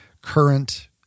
current